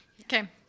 Okay